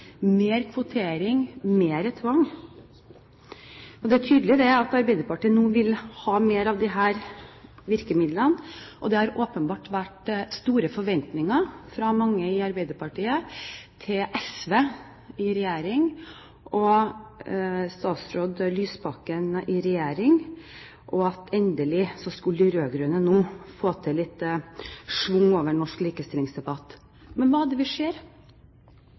mer kvotering, mer tvang. Det er tydelig at Arbeiderpartiet nå vil ha mer av disse virkemidlene, og det har åpenbart vært store forventninger fra mange i Arbeiderpartiet til SV og statsråd Lysbakken i regjering: Endelig skulle de rød-grønne få litt schwung over norsk likestillingsdebatt. Men hva er det vi ser?